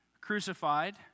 crucified